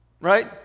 right